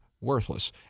worthless